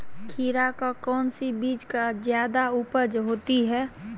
खीरा का कौन सी बीज का जयादा उपज होती है?